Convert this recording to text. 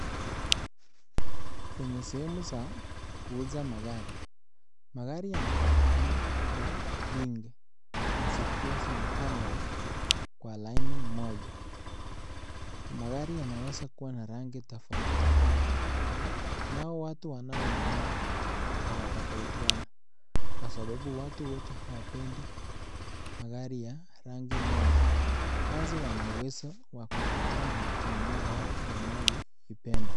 Kwenye sehemu ya kuuza magari, magari yanapatika Kwa wingi na zikiwa zimepangwa kwa laini moja magari yanaweza kuwa na rangi tafauti tafauti na hawa watu wanao nunua wanatafautiana Kwa sababu watu wite hawapindi magari ya rangi moja watu wanauwezo wa kujakuwa na kununua gari wanayiipenda.